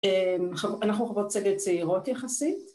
אנחנו חברות צוות צעירות יחסית